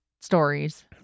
stories